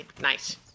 Nice